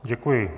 Děkuji.